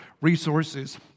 resources